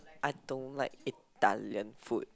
I don't like Italian food